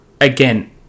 Again